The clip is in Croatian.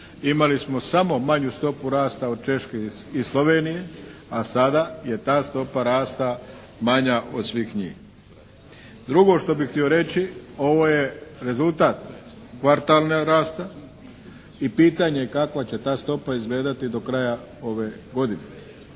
imali smo samo manju stopu rasta od Češke i Slovenije, a sada je ta stopa rasta manja od svih njih. Drugo što bih htio reći, ovo je rezultat kvartalnog rasta i pitanje je kakva će ta stopa izgledati do kraja ove godine.